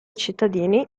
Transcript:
cittadini